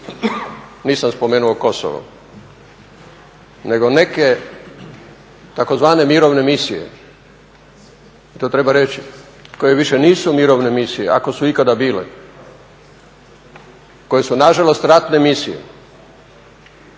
nisam spomenuo Kosovo, nego neke tzv. mirovne misije i to treba reći koje više nisu mirovne misije, ako su ikada bile, koje su nažalost ratne misije.